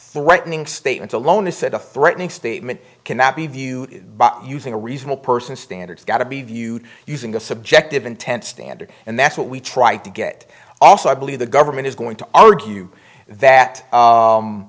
threatening statements alone is that a threatening statement cannot be viewed by using a reasonable person standard got to be viewed using a subjective intent standard and that's what we try to get also i believe the government is going to argue that